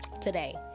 today